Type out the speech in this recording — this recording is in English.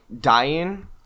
dying